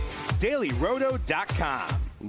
DailyRoto.com